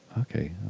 Okay